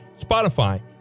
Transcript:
Spotify